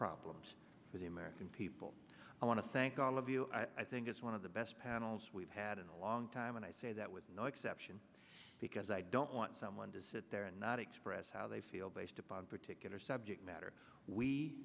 problems for the american people i want to thank all of you i think it's one of the best panels we've had in a long time and i say that with no exception because i don't want someone to sit there and not express how they feel based upon particular subject matter we